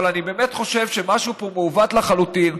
אבל אני באמת חושב שמשהו פה מעוות לחלוטין.